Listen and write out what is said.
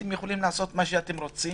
אתם יכולים לעשות מה שאתם רוצים